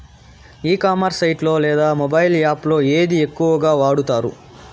ఈ commerce site లో లేదా మొబైల్ యాప్ లో ఏది ఎక్కువగా వాడుతారు?